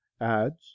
adds